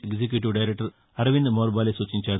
executive director Arvind మోర్బాలే సూచించారు